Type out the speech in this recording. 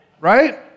Right